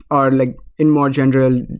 or like in more general,